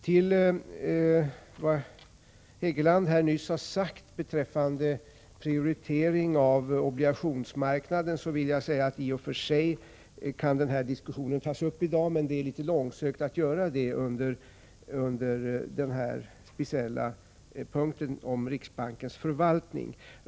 Till vad Hegeland här nyss har sagt beträffande prioritering av obligationsmarknaden vill jag säga att den diskussionen i och för sig kan tas upp i dag, men det är litet långsökt att göra det under den här speciella punkten om riksbankens förvaltning.